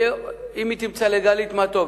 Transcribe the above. אם היא תמצא לגלית, מה טוב.